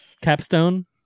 capstone